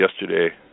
yesterday